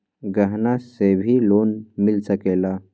गहना से भी लोने मिल सकेला?